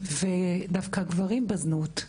דווקא גברים בזנות.